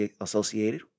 associated